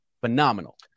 Phenomenal